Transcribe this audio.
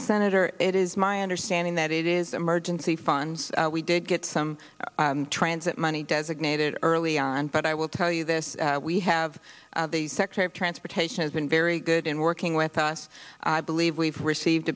senator it is my understanding that it is emergency funds we did get some transit money designated early on but i will tell you this we have secretary of transportation has been very good in working with us believe we've received